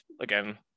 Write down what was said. again